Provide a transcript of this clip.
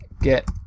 get